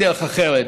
אין דרך אחרת.